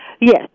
Yes